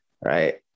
right